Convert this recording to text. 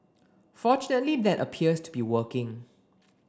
fortunately that appears to be working